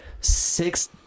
six